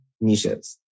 niches